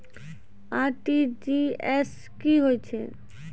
RTGS की होय छै?